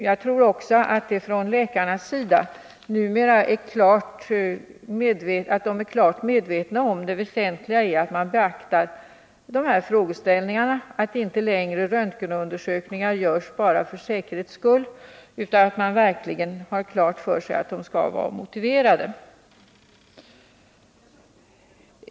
Jag tror också att läkarna numera är väl medvetna om det väsentliga i att man beaktar dessa frågeställningar, att röntgenundersökningar inte längre görs bara för säkerhets skull, utan att man verkligen har klart för sig att de skall vara motiverade.